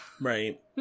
Right